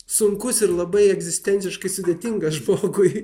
sunkus ir labai egzistenciškai sudėtinga žmogui